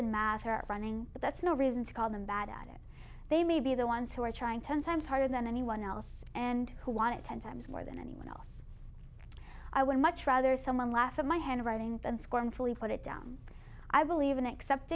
in math or running but that's no reason to call them bad at it they may be the ones who are trying ten times harder than anyone else and who want it ten times more than anyone else i would much rather someone laugh at my handwriting and scornfully put it down i believe in accept